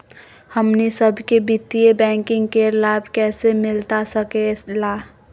हमनी सबके वित्तीय बैंकिंग के लाभ कैसे मिलता सके ला?